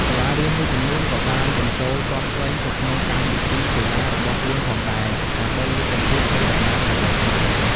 សាលារៀនមួយចំនួនក៏បានបញ្ចូលទាត់សីទៅក្នុងកម្មវិធីកីឡារបស់ខ្លួនផងដែរ ដើម្បីលើកកម្ពស់កេរដំណែលរបស់ខ្មែរ។